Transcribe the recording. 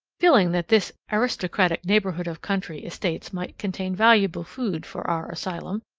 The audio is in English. feeling that this aristocratic neighborhood of country estates might contain valuable food for our asylum,